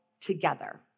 together